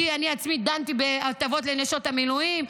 כי אני עצמי דנתי בהטבות לנשות המילואים.